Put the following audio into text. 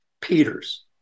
Peters